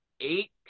eight